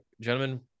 Gentlemen